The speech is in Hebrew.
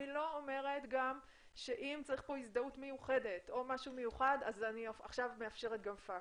אני לא אומרת שאם צריך פה הזדהות מיוחדת אז עכשיו אני מאפשרת גם פקס.